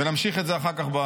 נמשיך את זה אחר כך.